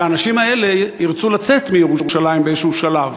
שהאנשים האלה ירצו לצאת מירושלים באיזשהו שלב.